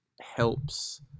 helps